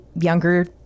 younger